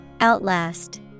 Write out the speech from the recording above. Outlast